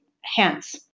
hence